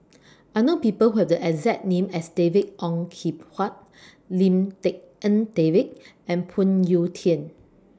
I know People Who Have The exact name as David Ong Kim Huat Lim Tik En David and Phoon Yew Tien